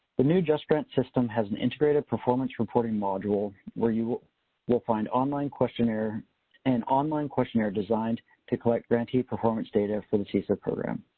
the new justgrants system has an integrated performance reporting module where you will find online questionnaire an online questionnaire designed to collect grantee performance data for the cesf program.